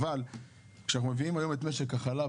אבל כשאנחנו מביאים היום לכאן את התיקון לחוק משק החלב,